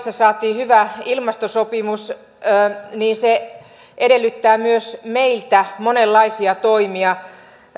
pariisissa saatiin hyvä ilmastosopimus niin se edellyttää myös meiltä monenlaisia toimia